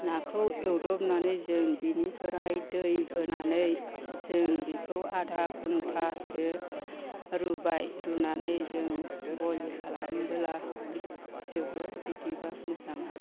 नाखौ एवदबनानै जों बिनिफ्राय दै होनानै जों बेखौ आधा घन्टासो रुबाय रुनानै जों बयल खालामोब्ला जोबोर बिदिबा मोजां मोनो